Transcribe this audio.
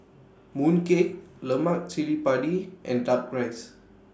Mooncake Lemak Cili Padi and Duck Rice